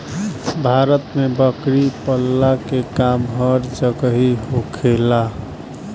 भारत में बकरी पलला के काम हर जगही होखेला